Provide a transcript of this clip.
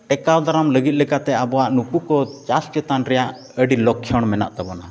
ᱴᱮᱠᱟᱣ ᱫᱟᱨᱟᱢ ᱞᱟᱹᱜᱤᱫ ᱞᱮᱠᱟᱛᱮ ᱟᱵᱚᱣᱟᱜ ᱱᱩᱠᱩ ᱠᱚ ᱪᱟᱥ ᱪᱮᱛᱟᱱ ᱨᱮᱭᱟᱜ ᱟᱹᱰᱤ ᱞᱚᱠᱠᱷᱚᱱ ᱢᱮᱱᱟᱜ ᱛᱟᱵᱚᱱᱟ